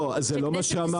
לא, זה לא מה שאמרתי.